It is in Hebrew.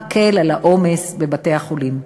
מקל את העומס בבתי-החולים.